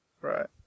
Right